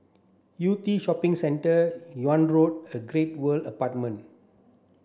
Yew Tee Shopping Centre Yunnan Road and Great World Apartment